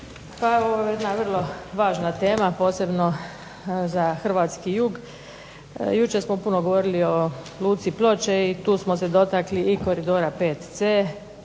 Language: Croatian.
ovo je vrlo važna tema posebno za hrvatski jug. Jučer smo puno govorili o Luci Ploče i tu smo se dotakli i Koridora 5C.